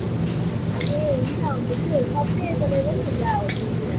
ए हुन्छ हुन्छ त्योहरू सबै एभाइलेबल हुन्छ हाम्रोतिर